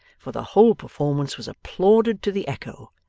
for the whole performance was applauded to the echo,